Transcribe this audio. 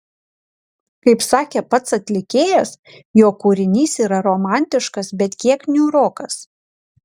kaip sakė pats atlikėjas jo kūrinys yra romantiškas bet kiek niūrokas